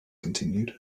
continued